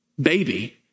baby